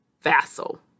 vassal